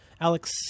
Alex